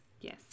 Yes